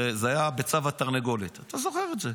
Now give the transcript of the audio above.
הרי זה היה ביצה ותרנגולת, אתה זוכר את זה.